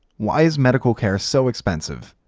why is medical care so expensive?